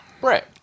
Brett